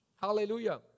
Hallelujah